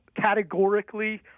categorically